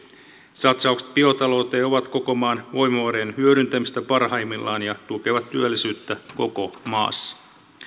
satsaukset biotalouteen ovat koko maan voimavarojen hyödyntämistä parhaimmillaan ja tukevat työllisyyttä koko maassa